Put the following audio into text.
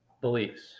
beliefs